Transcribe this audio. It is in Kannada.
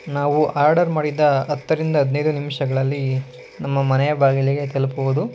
ನಾವು ಆರ್ಡರ್ ಮಾಡಿದ ಹತ್ತರಿಂದ ಹದಿನೈದು ನಿಮಿಷಗಳಲ್ಲಿ ನಮ್ಮ ಮನೆಯ ಬಾಗಿಲಿಗೆ ತಲುಪುವುದು